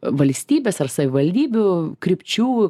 valstybės ar savivaldybių krypčių